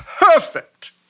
Perfect